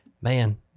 man